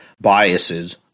biases